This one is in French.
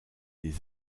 des